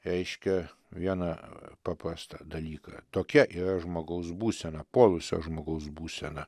reiškia vieną paprastą dalyką tokia yra žmogaus būsena puolusio žmogaus būsena